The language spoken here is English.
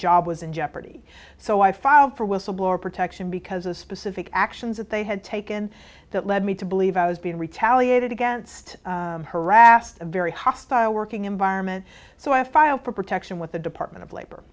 job was in jeopardy so i filed for whistleblower protection because a specific actions that they had taken that led me to believe i was being retaliated against harassed a very hostile working environment so i filed for protection with the department of labor